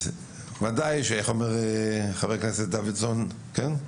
אז וודאי איך אומר חבר הכנסת דוידסון, כן,